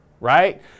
right